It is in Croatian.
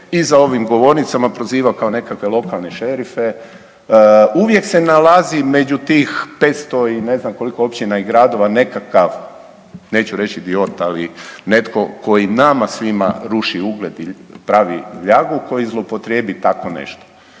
za ovim govornicima proziva kao nekakve lokalne šerife, uvijek se nalazi među tih 500 i ne znam koliko općina i gradova nekakav neću reći idiot ali netko koji nama svima ruši ugled i pravi ljagu koji zloupotrijebi tako nešto,